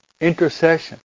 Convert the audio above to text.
intercession